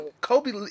Kobe